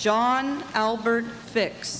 john albert fix